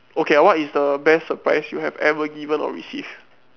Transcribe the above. okay ah what is the best surprise you have ever given or receive